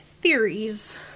theories